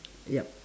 yup